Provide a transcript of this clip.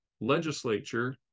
legislature